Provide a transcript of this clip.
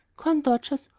corn-dodgers,